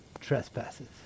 trespasses